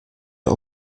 der